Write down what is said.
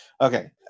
okay